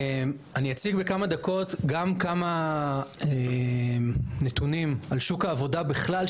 אני אציג בכמה דקות גם כמה נתונים על שוק העבודה בכלל,